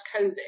COVID